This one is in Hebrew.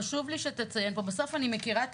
חשוב לי שתציין פה בסוף אני מכירה את